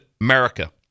America